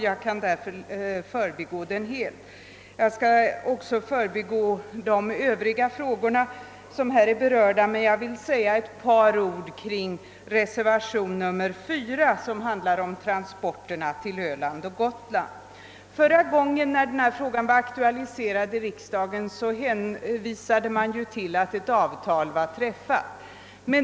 Jag skall också förbigå de övriga frågor som här är berörda, men jag vill säga ett par ord kring reservationen 4, som handlar om transporterna till Öland och Gotland. Förra gången när denna fråga var aktualiserad i riksdagen hänvisade man till att ett avtal var träffat.